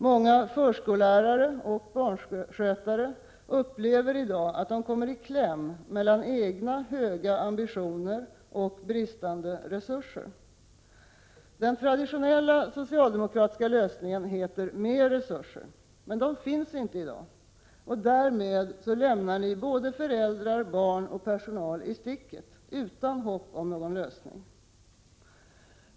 Många förskollärare och barnskötare upplever i dag att de kommer i kläm mellan egna höga ambitioner och bristande resurser. Den traditionella socialdemokratiska lösningen innebär mer resurser, men de finns inte i dag. Ni lämnar därmed föräldrar, barn och personal i sticket — utan hopp om någon lösning.